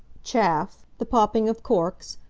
chaff, the popping of corks,